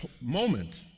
moment